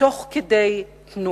תוך כדי תנועה.